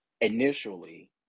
initially